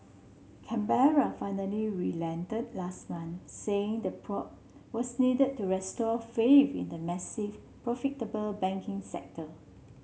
Canberra finally relented last month saying the probe was needed to restore faith in the massive profitable banking sector